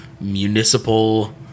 Municipal